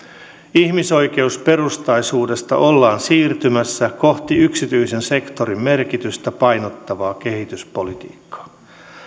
ihmisoi keusperustaisuudesta ollaan siirtymässä kohti yksityisen sektorin merkitystä painottavaa kehityspolitiikkaa